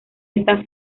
esta